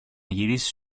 γυρίσεις